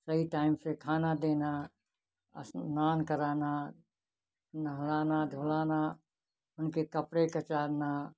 सही टाइम से खाना देना स्नान कराना नहलाना धुलाना उनके कपड़े कचारना